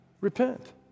repent